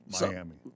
Miami